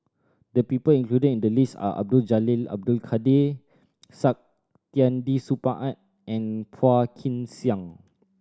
the people included in the list are Abdul Jalil Abdul Kadir Saktiandi Supaat and and Phua Kin Siang